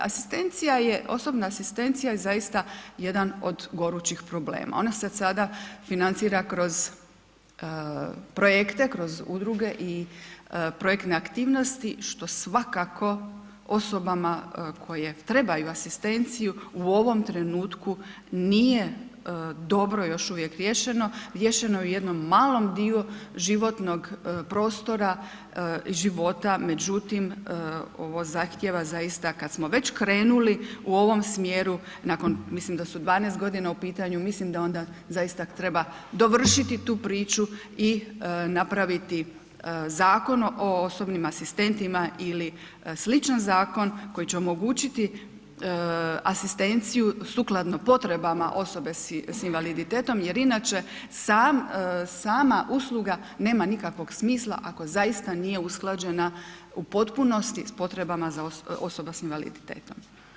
Asistencija je, osobna asistencija je zaista jedan od gorućih problema, ona se odsada financira kroz projekte, kroz udruge i projektne aktivnosti što svakako osobama koje trebaju asistenciju, u ovom trenutku nije dobro još uvijek riješeno, riješeno je u jednom malom djelu životnog prostora života međutim ovo zahtjeva zaista kad smo već krenuli u ovom smjeru, nakon mislim da su 12 g. u pitanju, mislim da onda zaista treba dovršiti tu priču i napraviti Zakon o osobnim asistentima ili sličan zakon koji će omogućiti asistenciju sukladno potrebama osoba sa invaliditetom jer inače sama usluga nema nikakvog smisla ako zaista nije usklađena u potpunosti s potrebama osoba sa invaliditetom.